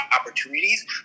opportunities